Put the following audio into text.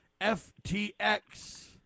ftx